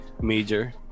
major